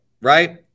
right